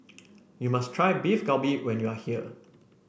you must try Beef Galbi when you are here